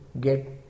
get